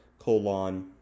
Colon